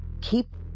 keep